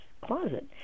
closet